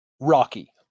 Rocky